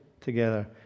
together